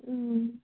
उम्